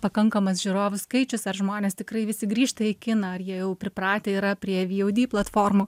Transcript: pakankamas žiūrovų skaičius ar žmonės tikrai visi grįžta į kiną ar jie jau pripratę yra prie vod platformų